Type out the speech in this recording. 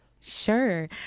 Sure